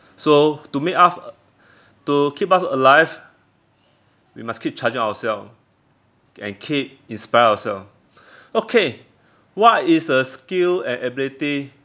so to make us to keep us alive we must keep charging ourselves and keep inspire ourselves okay what is a skill and ability